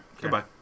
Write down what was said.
goodbye